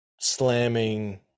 slamming